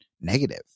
negative